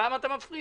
למה אתה מפריע?